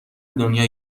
دنیا